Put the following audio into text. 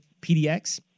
PDX